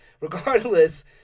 Regardless